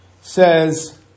Says